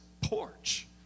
porch